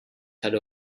had